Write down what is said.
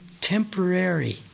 temporary